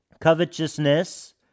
covetousness